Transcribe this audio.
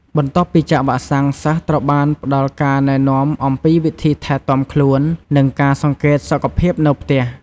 បន្ទាប់ពីចាក់វ៉ាក់សាំង សិស្សត្រូវបានផ្តល់ការណែនាំអំពីវិធីថែទាំខ្លួន និងការសង្កេតសុខភាពនៅផ្ទះ។